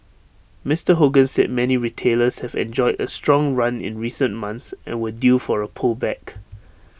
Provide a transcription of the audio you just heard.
Mister Hogan said many retailers have enjoyed A strong run in recent months and were due for A pullback